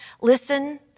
Listen